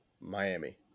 Miami